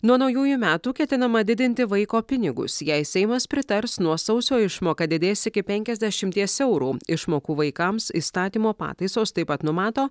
nuo naujųjų metų ketinama didinti vaiko pinigus jei seimas pritars nuo sausio išmoka didės iki penkiasdešimties eurų išmokų vaikams įstatymo pataisos taip pat numato